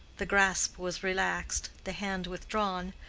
the grasp was relaxed, the hand withdrawn,